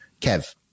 Kev